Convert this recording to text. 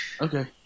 Okay